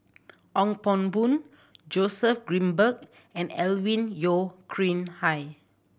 Ong Pang Boon Joseph Grimberg and Alvin Yeo Khirn Hai